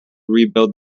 rebuild